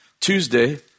Tuesday